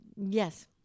Yes